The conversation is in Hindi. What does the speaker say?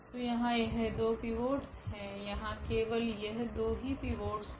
तो यहा यह दो पिवोट्स है यहाँ केवल यह दो ही पिवोट्स है